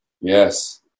Yes